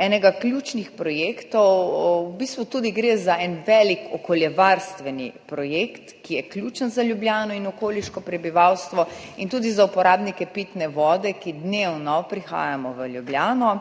enega ključnih projektov. V bistvu gre tudi za velik okoljevarstveni projekt, ki je ključen za Ljubljano in okoliško prebivalstvo in tudi za uporabnike pitne vode, ki dnevno prihajamo v Ljubljano.